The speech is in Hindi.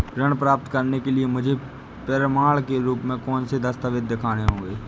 ऋण प्राप्त करने के लिए मुझे प्रमाण के रूप में कौन से दस्तावेज़ दिखाने होंगे?